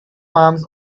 palms